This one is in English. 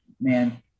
man